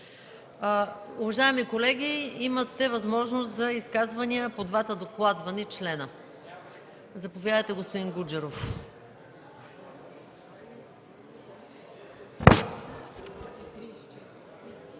Уважаеми колеги, имате възможност за изказвания по двата докладвани члена. Заповядайте, господин Гуджеров.